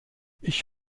ich